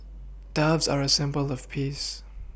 doves are a symbol of peace